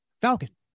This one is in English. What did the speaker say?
Falcon